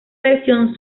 versión